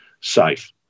safe